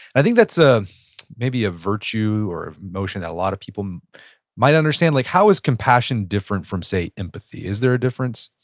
i think that's ah maybe a virtue or emotion that a lot of people might understand. like how is compassion different from, say, empathy? is there a difference?